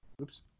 oops